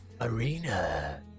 Arena